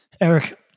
Eric